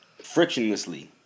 frictionlessly